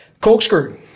Corkscrew